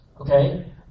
okay